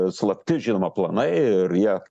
slapti žinoma planai ir jie